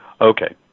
Okay